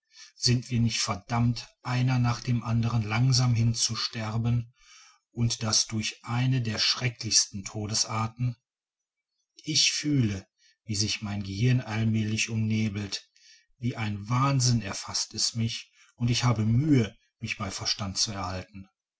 sind wir nicht verdammt einer nach dem andern langsam hinzusterben und das durch eine der schrecklichsten todesarten ich fühle wie sich mein gehirn allmälig umnebelt wie ein wahnsinn erfaßt es mich und ich habe mühe mich bei verstand zu erhalten